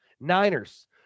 Niners